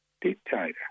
dictator